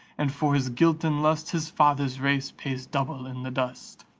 and for his guilt and lust his father's race pays double in the dust.